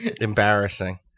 Embarrassing